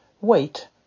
wait